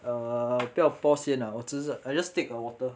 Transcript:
ah 不要 pause 先 lah 我只是 I just take a water